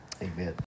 Amen